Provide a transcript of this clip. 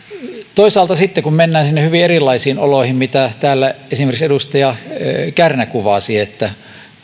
toisaalta sitten kun mennään sinne hyvin erilaisiin oloihin mitä täällä esimerkiksi edustaja kärnä kuvasi että